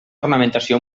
ornamentació